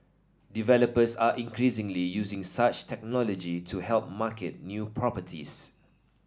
developers are increasingly using such technology to help market new properties